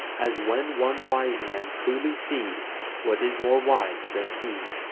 as when one wise man truly sees what is more wise than he.